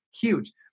Huge